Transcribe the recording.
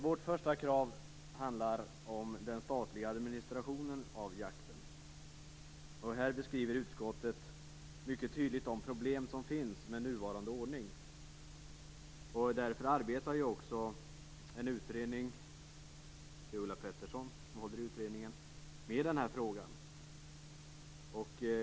Vårt första krav handlar om den statliga administrationen av jakten. Utskottet beskriver mycket tydligt problem med nuvarande ordning. Därför arbetar en utredning med frågan. Ulla Pettersson håller i den utredningen.